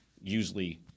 usually